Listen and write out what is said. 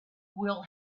will